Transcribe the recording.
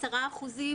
10 אחוזים,